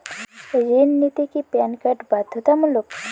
ঋণ নিতে কি প্যান কার্ড বাধ্যতামূলক?